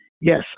Yes